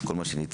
כל מה שניתן,